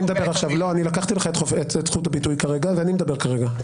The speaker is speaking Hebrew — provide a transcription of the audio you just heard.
אני לקחתי לך את זכות הביטוי כרגע ואני מדבר עכשיו.